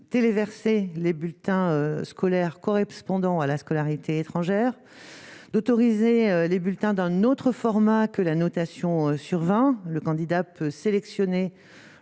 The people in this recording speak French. télé verser les bulletins scolaires correspondant à la scolarité étrangères d'autoriser les bulletins d'un autre format que la notation sur 20 le candidat peut sélectionner